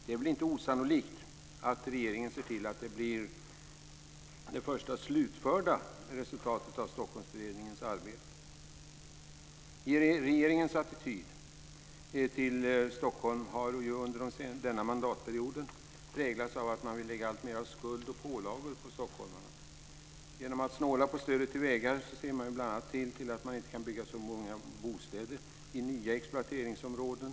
Det är väl inte osannolikt att regering ser till att det blir det första slutförda resultatet av Stockholmsberedningens arbete. Regeringens attityd till Stockholm har ju under denna mandatperiod präglats av att man vill lägga alltmer av skuld och pålagor på stockholmarna. Genom att snåla på stödet till vägarna ser man bl.a. till att det inte går att bygga så många bostäder i nya exploateringsområden.